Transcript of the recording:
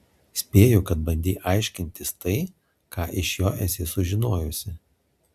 spėju kad bandei aiškintis tai ką iš jo esi sužinojusi